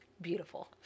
Beautiful